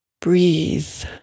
Breathe